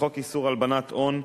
וחוק איסור הלבנת הון,